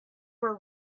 were